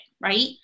right